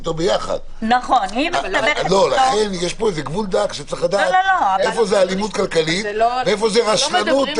מהמקום הזה נקרא לזה בשמו: מעטות הצליחו לצאת משם,